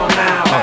now